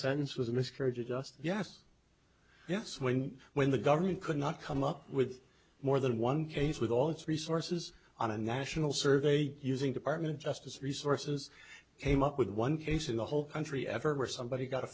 sentence was a miscarriage of justice yes yes when when the government could not come up with more than one case with all its resources on a national survey using department of justice resources came up with one case in the whole country ever or somebody's got a